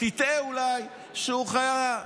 שתטעה אולי שהוא חיה,